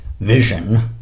vision